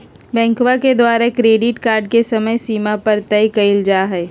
बैंकवा के द्वारा क्रेडिट कार्ड के समयसीमा भी तय कइल जाहई